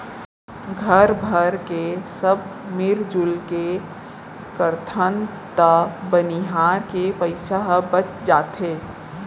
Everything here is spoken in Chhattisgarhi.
घर भरके सब मिरजुल के करथन त बनिहार के पइसा ह बच जाथे